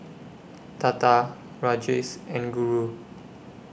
Tata Rajesh and Guru